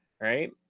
right